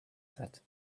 that